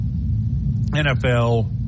NFL